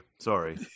sorry